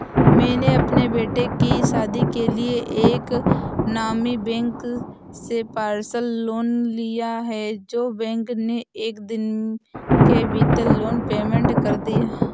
मैंने अपने बेटे की शादी के लिए एक नामी बैंक से पर्सनल लोन लिया है जो बैंक ने एक दिन के भीतर लोन पेमेंट कर दिया